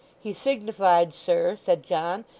he signified, sir said john,